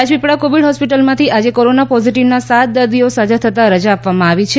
Rajpipla Covid હોસ્પિટલમાંથી આજે corona પોઝીટીવના સાત દર્દીઓ સાજા થતાં રજા આપવામાં આવી છે